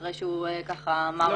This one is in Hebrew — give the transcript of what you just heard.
אחרי שהוא אמר את הדברים.